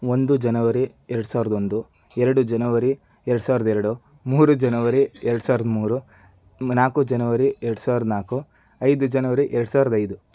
ಒಂದು ಜನವರಿ ಎರಡು ಸಾವಿರದ ಒಂದು ಎರಡು ಜನವರಿ ಎರಡು ಸಾವಿರದ ಎರಡು ಮೂರು ಜನವರಿ ಎರಡು ಸಾವಿರದ ಮೂರು ನಾಲ್ಕು ಜನವರಿ ಎರಡು ಸಾವಿರದ ನಾಲ್ಕು ಐದು ಜನವರಿ ಎರಡು ಸಾವಿರದ ಐದು